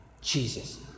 Jesus